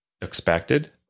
expected